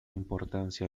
importancia